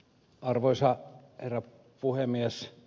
arvoisa herra puhemies